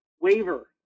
waiver